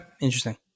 interesting